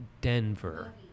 Denver